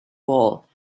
wall